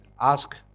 ask